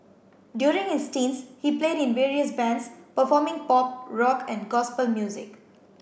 during his teens he played in various bands performing pop rock and gospel music